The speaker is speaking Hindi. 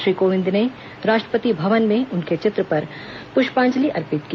श्री कोविंद ने राष्ट्रपति भवन में उनके चित्र पर पुष्पांजलि अर्पित की